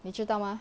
你知道吗